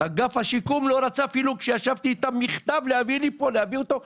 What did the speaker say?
הוא לא רצה אפילו להביא לי מכתב כשישבתי